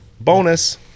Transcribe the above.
Bonus